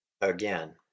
Again